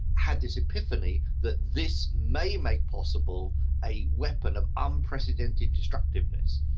had this epiphany that this may make possible a weapon of unprecedented destructiveness.